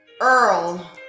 Earl